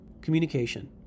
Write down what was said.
communication